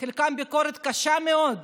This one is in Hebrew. חלקם ביקורת קשה מאוד,